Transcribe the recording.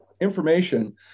information